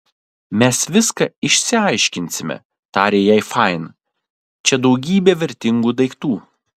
mes viską išsiaiškinsime tarė jai fain čia daugybė vertingų daiktų